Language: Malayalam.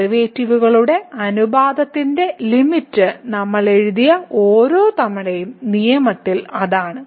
ഡെറിവേറ്റീവുകളുടെ അനുപാതത്തിന്റെ ലിമിറ്റ് നമ്മൾ എഴുതിയ ഓരോ തവണയും നിയമത്തിൽ അതാണ്